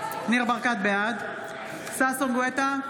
ברקת, בעד ששון ששי גואטה,